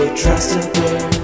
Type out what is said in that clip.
trustable